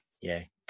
Yay